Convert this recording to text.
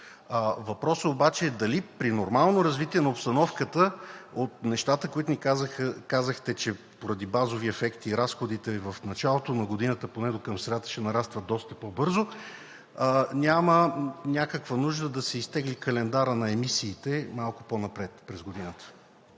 Въпросът обаче е: дали при нормално развитие на обстановката нещата, които ни казахте – че поради базови ефекти разходите в началото на годината, поне докъм средата, ще нарастват доста по-бързо, няма някаква нужда да се изтегли календарът на емисиите малко по-напред през годината?